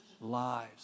lives